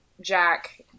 Jack